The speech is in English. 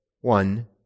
one